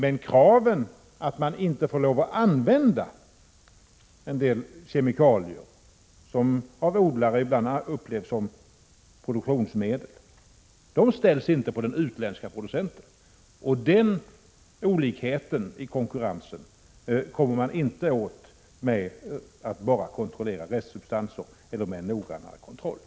Men kraven på att man inte får lov att använda en del kemikalier, som av odlare ibland upplevs som produktionsmedel, ställs inte på den utländske producenten. Den olikheten i konkurrensen kommer man inte åt enbart genom en noggrannare kontroll av restsubstanser.